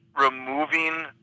removing